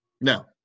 No